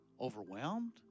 overwhelmed